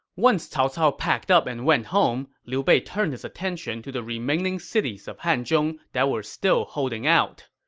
once cao cao packed up and went home, liu bei turned his attention to the remaining cities of hanzhong that were still holding out.